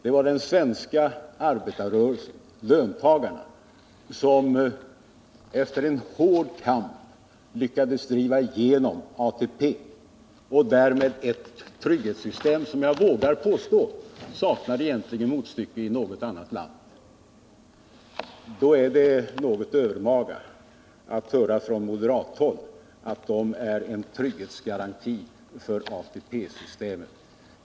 Det var den svenska arbetarrörelsen, löntagarna, som efter en hård kamp lyckades driva igenom ATP och därmed ett trygghetssystem som jag vågar påstå saknar motstycke i något annat land. Det är därför något övermaga av moderaterna att påstå att de är en trygghetsgaranti för ATP-systemet.